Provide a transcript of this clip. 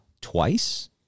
twice